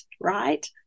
Right